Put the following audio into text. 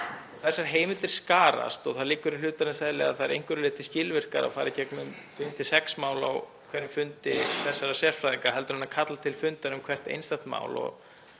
Þessar heimildir skarast og það liggur í hlutarins eðli að það er að einhverju leyti skilvirkara að fara í gegnum fimm til sex mál á hverjum fundi þessara sérfræðinga frekar en að kalla til fundar um hvert einstakt mál.